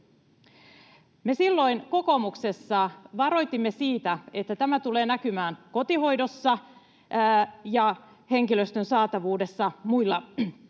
Me silloin kokoomuksessa varoitimme siitä, että tämä tulee näkymään kotihoidossa ja henkilöstön saatavuudessa muilla sektoreilla,